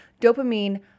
dopamine